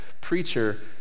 preacher